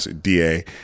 DA